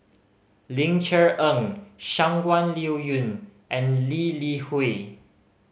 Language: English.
Ling Cher Eng Shangguan Liuyun and Lee Li Hui